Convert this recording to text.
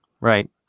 Right